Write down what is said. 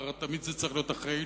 תמיד זה צריך להיות מכוער,